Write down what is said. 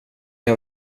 har